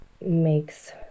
makes